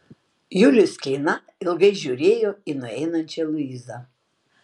julius keina ilgai žiūrėjo į nueinančią luizą